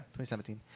2017